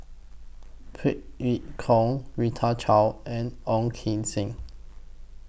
Phey Yew Kok Rita Chao and Ong Keng Sen